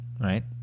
right